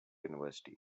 university